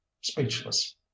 speechless